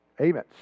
Amen